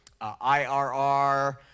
IRR